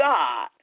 God